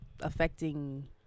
Affecting